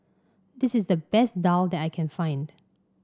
this is the best daal that I can find